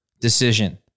decision